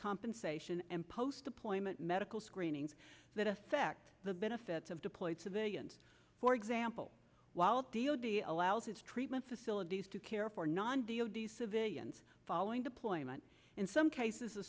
compensation and post deployment medical screenings that affect the benefits of deployed civilians for example while d o d allows its treatment facilities to care for nandi of the civilians following deployment in some cases the